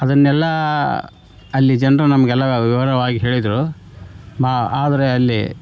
ಅದನ್ನೆಲ್ಲ ಅಲ್ಲಿ ಜನರು ನಮಗೆ ಎಲ್ಲ ವಿವರವಾಗಿ ಹೇಳಿದರು ಮಾ ಆದರೆ ಅಲ್ಲಿ